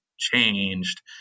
changed